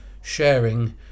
sharing